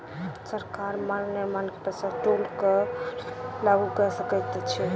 सरकार मार्ग निर्माण के पश्चात टोल कर लागू कय सकैत अछि